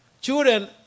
children